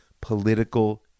political